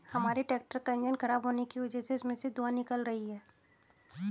हमारे ट्रैक्टर का इंजन खराब होने की वजह से उसमें से धुआँ निकल रही है